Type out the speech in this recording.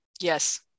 Yes